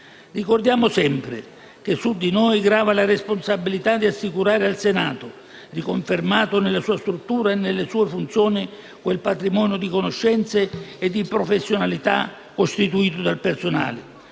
Ricordiamo sempre che su di noi grava la responsabilità di assicurare al Senato, riconfermato nella sua struttura e nelle sue funzioni, quel patrimonio di conoscenze e di professionalità costituito dal personale.